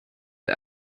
der